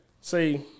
say